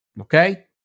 Okay